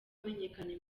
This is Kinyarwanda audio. wamenyekanye